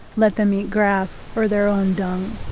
let them eat grass or their own dung.